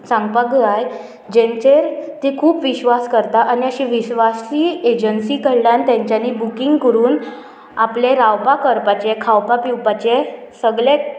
सांगपाक जाय जेंचेर ती खूब विश्वास करता आनी अशी विश्वासली एजन्सी कडल्यान तेंच्यांनी बुकींग करून आपलें रावपा करपाचें खावपा पिवपाचें सगलें